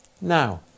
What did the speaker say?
Now